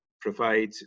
provide